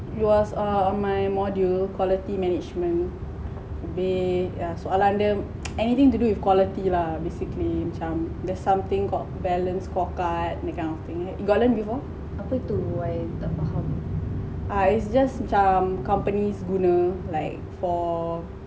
it was on my module quality management be ah soalan dia anything to do with quality lah basically macam there's something called balance scorecard that kind of thing you got learnt before ah it just macam companies guna like for